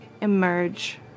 emerge